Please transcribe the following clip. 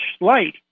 light